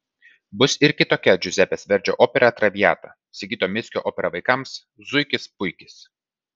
bus ir kitokia džiuzepės verdžio opera traviata sigito mickio opera vaikams zuikis puikis